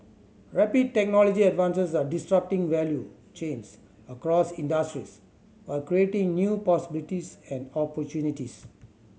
rapid technology advance are disrupting value chains across industries while creating new possibilities and opportunities